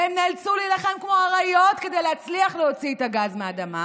והם נאלצו להילחם כמו אריות כדי להצליח להוציא את הגז מהאדמה.